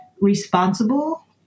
responsible